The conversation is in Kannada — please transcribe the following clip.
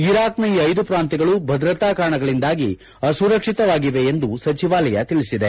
ಇರಾಕ್ನ ಈ ಐದು ಪ್ರಾಂತ್ಯಗಳು ಭದ್ರತಾ ಕಾರಣಗಳಿಂದಾಗಿ ಅಸುರಕ್ಷತವಾಗಿವೆ ಎಂದು ಸಚಿವಾಲಯ ತಿಳಿಸಿದೆ